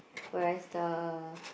whereas the